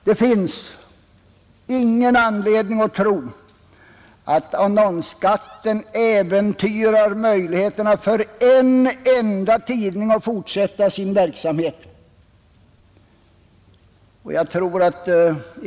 Det finns ingen anledning att tro att annonsskatten äventyrar möjligheterna för någon enda tidning att fortsätta sin verksamhet.